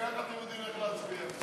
נגד.